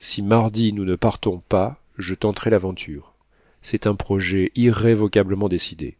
si mardi nous ne partons pas je tenterai l'aventure c'est un projet irrévocablement décidé